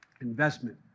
Investment